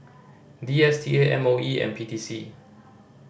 D S T A M O E P T C